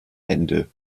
ende